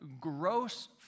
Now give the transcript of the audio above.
gross